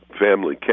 family